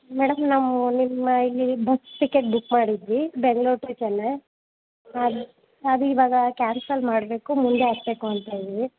madam ನಾವು ನಿಮ್ಮ ಇಲ್ಲಿ ಬಸ್ ಟಿಕೆಟ್ ಬುಕ್ ಮಾಡಿದ್ವಿ ಬೆಂಗ್ಳೂರು ಟು ಚೆನ್ನೈ ಅದು ಅದು ಇವಾಗ ಕ್ಯಾನ್ಸಲ್ ಮಾಡಬೇಕು ಮುಂದೆ ಹಾಕಬೇಕು ಅಂತ ಇದ್ದೀವಿ